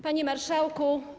Panie Marszałku!